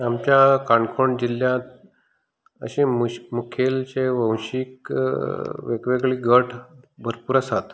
आमच्या काणकोण जिल्ल्यांत अशें मुखेल जे वैश्वीक वेग वेगळे गट भरपूर आसात